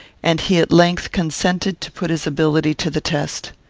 and he at length consented to put his ability to the test.